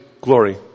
glory